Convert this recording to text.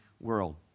world